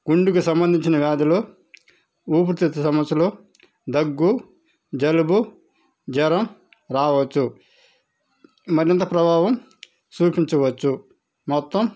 గుండెకు సంబంధించిన వ్యాధులు ఊపిరితిత్తుల సమస్యలు దగ్గు జలుబు జ్వరం రావచ్చు మరింత ప్రభావం చూపించవచ్చు మొత్తం